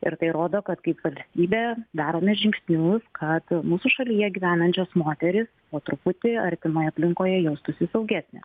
ir tai rodo kad kaip valstybė darome žingsnius kad mūsų šalyje gyvenančios moterys po truputį artimoj aplinkoje jaustųsi saugesnės